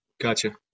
Gotcha